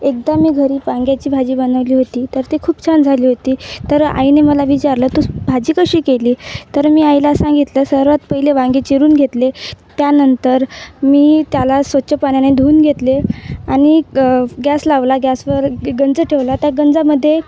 एकदा मी घरी पांग्याची भाजी बनवली होती तर ते खूप छान झाली होती तर आईने मला विचारलं तू भाजी कशी केली तर मी आईला सांगितलं सर्वात पहिले वांगे चिरून घेतले त्यानंतर मी त्याला स्वच्छ पाण्याने धुऊन घेतले आणि गॅस लावला गॅसवर गंज ठेवला त्या गंजामध्ये